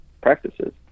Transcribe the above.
practices